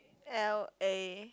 L_A